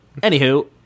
Anywho